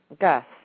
Gus